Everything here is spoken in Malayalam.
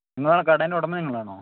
നിങ്ങളാണോ കടേൻ്റെ ഉടമ നിങ്ങളാണോ